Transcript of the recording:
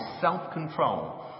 self-control